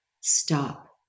Stop